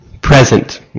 present